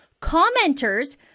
commenters